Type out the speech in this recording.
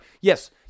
Yes